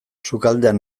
sukaldean